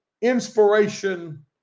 inspiration